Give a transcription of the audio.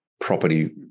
property